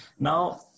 Now